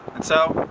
and, so,